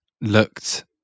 looked